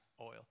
oil